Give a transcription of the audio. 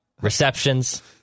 receptions